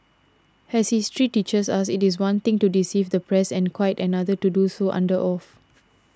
as history teaches us it is one thing to deceive the press and quite another to do so under oath